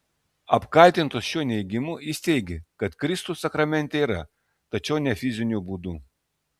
apkaltintas šiuo neigimu jis teigė kad kristus sakramente yra tačiau ne fiziniu būdu